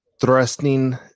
thrusting